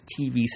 TV